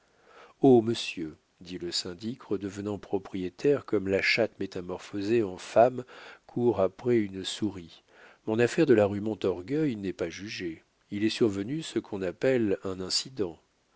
monsieur dit le syndic redevenant propriétaire comme la chatte métamorphosée en femme court après une souris mon affaire de la rue montorgueil n'est pas jugée il est survenu ce qu'on appelle un incident